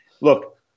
Look